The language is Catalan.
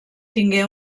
tingué